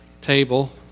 table